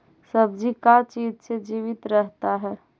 सब्जी का चीज से जीवित रहता है?